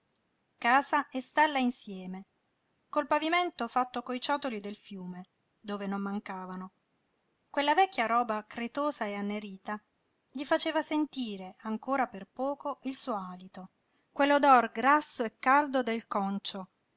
roba casa e stalla insieme col pavimento fatto coi ciottoli del fiume dove non mancavano quella vecchia roba cretosa e annerita gli faceva sentire ancora per poco il suo alito quell'odor grasso e caldo del concio